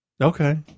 okay